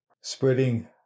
spreading